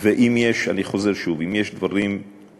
אני חוזר שוב: אם יש דברים נקודתיים,